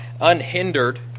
unhindered